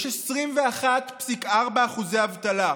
יש 21.4% אבטלה.